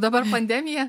dabar pandemija